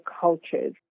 cultures